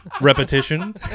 Repetition